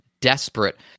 desperate